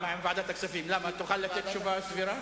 ועדת הכספים תוכל לתת תשובה סבירה?